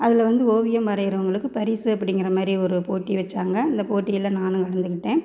அதில் வந்து ஓவியம் வரைறவங்களுக்கு பரிசு அப்படிங்கிறமாரி ஒரு போட்டி வச்சாங்க அந்த போட்டியில் நானும் கலந்துக்கிட்டேன்